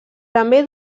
també